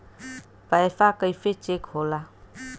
पैसा कइसे चेक होला?